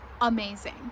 amazing